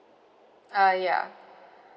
uh ya